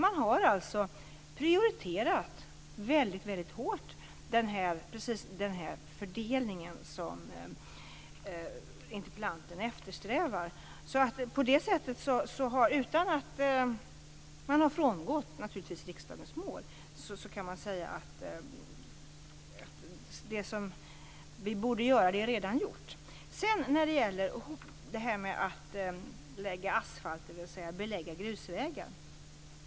Man har alltså väldigt hårt prioriterat precis den fördelning som interpellanten eftersträvar. På det sättet kan man säga att vi - naturligtvis utan att frångå riksdagens mål - redan har gjort det som borde göras. Sedan vill jag ta upp det här med att lägga asfalt, dvs. att belägga grusvägar.